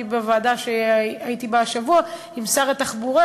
בוועדה שהייתי בה השבוע עם שר התחבורה,